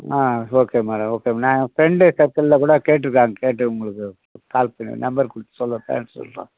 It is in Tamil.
ஆ ஓகே மேடம் ஓகே நாங்கள் ஃப்ரெண்ட்டு சர்க்குளில் கூட கேட்ருக்காங்க கேட்டு உங்களுக்கு கால் பண்ணி நம்பர் கொடுத்து சொல்ல பேச சொல்கிறேன்